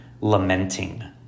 lamenting